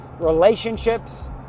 relationships